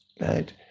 right